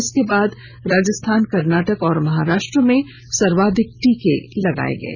इसके बाद राजस्थान कर्नाटक और महाराष्ट्र में सर्वाधिक टीके लगाये गये